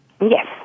Yes